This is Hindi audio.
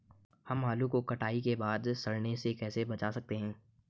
हम आलू को कटाई के बाद सड़ने से कैसे बचा सकते हैं?